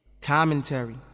Commentary